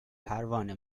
پروانه